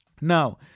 Now